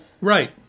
Right